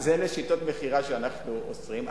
אלה שיטות מכירה שאנחנו אוסרים.